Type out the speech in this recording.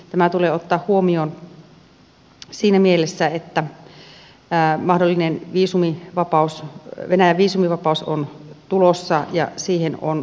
tämä tulee ainakin ottaa huomioon siinä mielessä että mahdollinen venäjän viisumivapaus on tulossa ja siihen on valmistauduttava